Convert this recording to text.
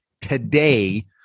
today